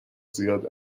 زیاد